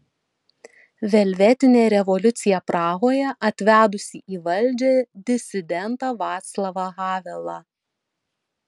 velvetinė revoliucija prahoje atvedusi į valdžią disidentą vaclavą havelą